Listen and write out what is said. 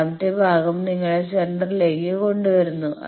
രണ്ടാമത്തെ ഭാഗം നിങ്ങളെ സെന്റർലേക്ക് കൊണ്ടുവരുന്നു